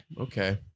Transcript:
okay